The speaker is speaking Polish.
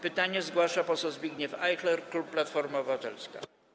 Pytanie zgłasza poseł Zbigniew Ajchler, klub Platforma Obywatelska.